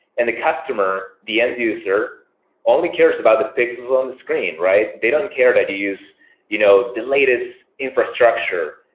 and the customer, the end user only cares about the pixels on the screen. they don't care that you use you know the latest infrastructure.